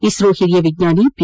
ಇಸ್ತೋ ಓರಿಯ ವಿಜ್ಞಾನಿ ಪಿ